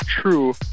true